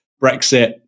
Brexit